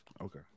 Okay